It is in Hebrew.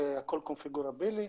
זה הכול קונפיגורבילי.